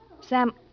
Sam